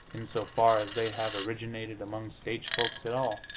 in so far as they have originated among stage folks at all.